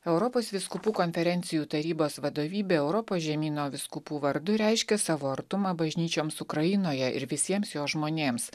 europos vyskupų konferencijų tarybos vadovybė europos žemyno vyskupų vardu reiškia savo artumą bažnyčioms ukrainoje ir visiems jos žmonėms